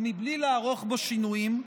מבלי לערוך בו שינויים,